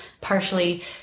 partially